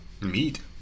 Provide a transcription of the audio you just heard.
Meat